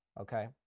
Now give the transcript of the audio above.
Okay